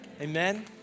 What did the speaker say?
Amen